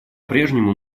прежнему